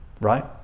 right